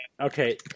Okay